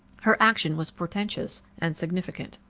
her action was portentous and significant.